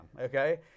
Okay